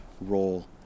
role